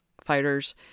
Fighters